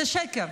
זה שקר,